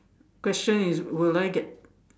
question is will I get